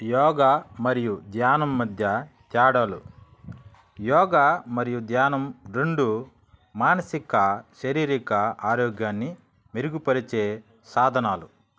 యోగా మరియు ధ్యానం మధ్య తేడాలు యోగా మరియు ధ్యానం రెండు మానసిక శారీరక ఆరోగ్యాన్ని మెరుగుపరిచే సాధనాలు